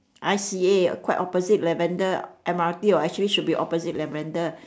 I_C_A quite opposite lavender M_R_T or actually should be opposite lavender